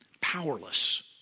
powerless